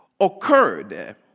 occurred